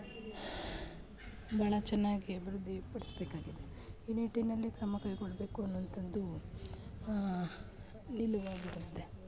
ಭಾಳ ಚೆನ್ನಾಗಿ ಅಭಿವೃದ್ಧಿ ಪಡಿಸ್ಬೇಕಾಗಿದೆ ಈ ನಿಟ್ಟಿನಲ್ಲಿ ಕ್ರಮ ಕೈಗೊಳ್ಳಬೇಕು ಅನ್ನುವಂಥದ್ದು ನಿಲುವಾಗಿರುತ್ತೆ